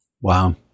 Wow